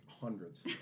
hundreds